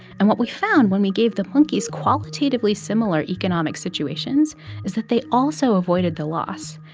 and what we found when we gave the monkeys qualitatively similar economic situations is that they also avoided the loss.